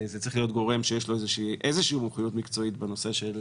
זה צריך להיות גורם שיש לו איזו שהיא מחויבות מקצועית בנושא של